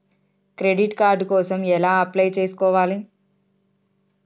Credit card కోసం ఎలా apply చేసుకోవాలి?